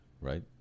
right